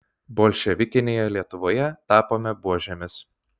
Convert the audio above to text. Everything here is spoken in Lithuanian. bolševikinėje lietuvoje tapome buožėmis